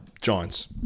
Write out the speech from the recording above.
Giants